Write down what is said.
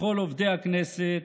לכל עובדי הכנסת,